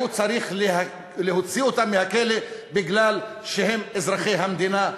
היה צריך להוציא אותם מהכלא כי הם אזרחי המדינה,